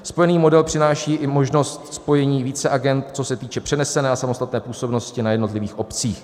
Spojený model přináší i možnost spojení více agend, co se týče přenesené a samostatné působnosti na jednotlivých obcích.